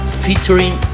featuring